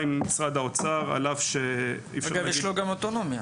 יש לו גם אוטונומיה.